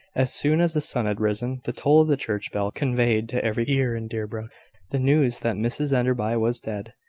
as soon as the sun had risen, the toll of the church bell conveyed to every ear in deerbrook the news that mrs enderby was dead.